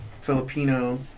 Filipino